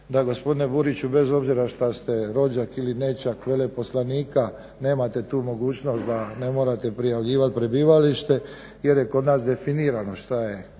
da gospodine Buriću bez obzira što ste rođak ili nećak veleposlanika nemate tu mogućnost da ne morate prijavljivat prebivalište jer je kod nas definirano šta je